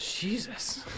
Jesus